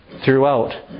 throughout